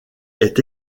est